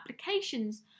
applications